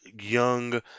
young